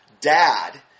dad